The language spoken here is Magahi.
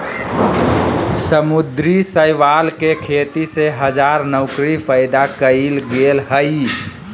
समुद्री शैवाल के खेती से हजार नौकरी पैदा कइल गेल हइ